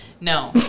No